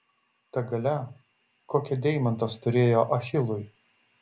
ta galia kokią deimantas turėjo achilui